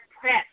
press